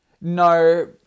No